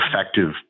effective